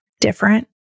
different